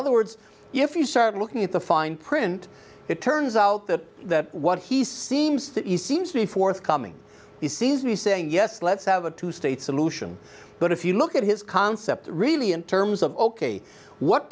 other words if you start looking at the fine print it turns out that what he seems to east seems to be forthcoming he sees me saying yes let's have a two state solution but if you look at his concept really in terms of ok what